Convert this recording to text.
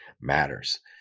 matters